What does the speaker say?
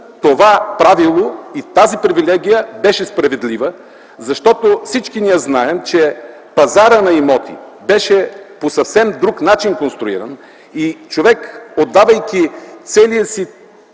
това правило и тази привилегия бяха справедливи, защото всички ние знаем, че пазарът на имоти беше конструиран по съвсем друг начин и човек, отдавайки целия си